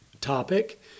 topic